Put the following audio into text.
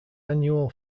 annual